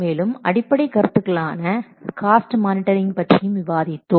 மேலும் அடிப்படை கருத்துக்களான காஸ்ட் மானிட்டரிங் பற்றியும் விவாதித்தோம்